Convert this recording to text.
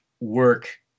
work